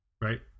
Right